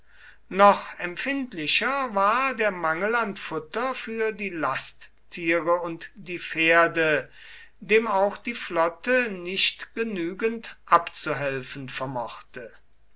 noch empfindlicher war der mangel an futter für die lasttiere und die pferde dem auch die flotte nicht genügend abzuhelfen vermochte